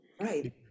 Right